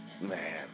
man